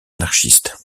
anarchiste